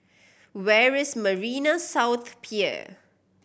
where is Marina South Pier